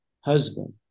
husband